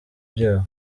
byaha